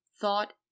Thought